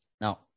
Now